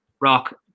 rock